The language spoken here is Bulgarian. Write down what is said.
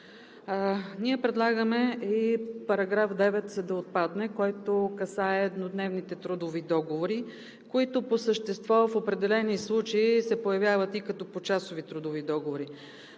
Ние предлагаме и § 9 да отпадне, който касае еднодневните трудови договори, които по същество в определени случаи се появяват и като почасови трудови договори.